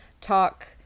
talk